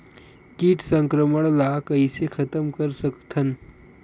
कीट संक्रमण ला कइसे खतम कर सकथन?